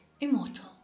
immortal